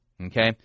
Okay